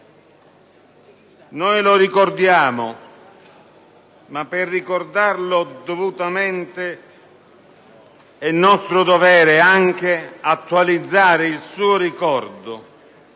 Noi lo ricordiamo, ma per farlo dovutamente è nostro dovere anche attualizzare il suo ricordo.